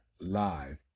live